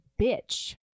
bitch